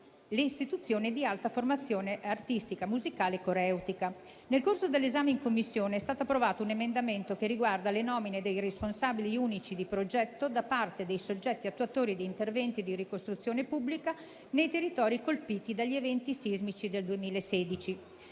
le istituzioni di alta formazione artistica, musicale e coreutica. Nel corso dell'esame in Commissione è stato approvato un emendamento che riguarda le nomine dei responsabili unici di progetto da parte dei soggetti attuatori di interventi di ricostruzione pubblica nei territori colpiti dagli eventi sismici del 2016.